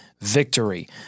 victory